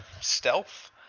stealth